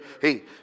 hey